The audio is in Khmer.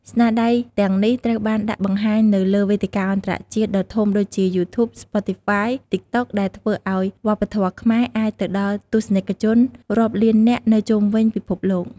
ស្នាដៃទាំងនេះត្រូវបានដាក់បង្ហាញនៅលើវេទិកាអន្តរជាតិដ៏ធំដូចជា YouTube, Spotify, TikTok ដែលធ្វើឲ្យវប្បធម៌ខ្មែរអាចទៅដល់ទស្សនិកជនរាប់លាននាក់នៅជុំវិញពិភពលោក។